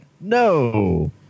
No